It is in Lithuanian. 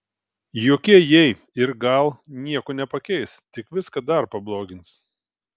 jokie jei ir gal nieko nepakeis tik viską dar pablogins